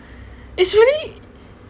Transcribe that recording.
it's really